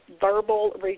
verbal